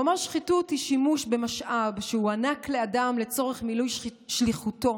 והוא אמר: שחיתות היא שימוש במשאב שהוענק לאדם לצורך מילוי שליחותו